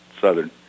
Southern